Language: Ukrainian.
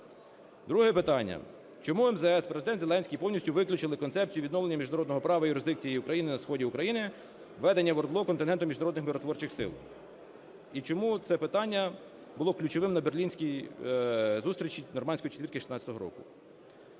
Друге питання. "Чому МЗС, Президент Зеленський повністю виключили концепцію відновлення міжнародного права, юрисдикції України на сході України, введення в ОРДЛО контингенту міжнародних миротворчих сил? І чому це питання було ключовим на берлінській зустрічі "нормандської четвірки" 2016 року?"